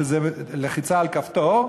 שזה לחיצה על כפתור,